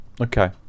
Okay